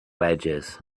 edges